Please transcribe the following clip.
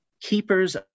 keepers